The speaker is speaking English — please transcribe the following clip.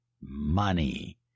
money